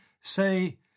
say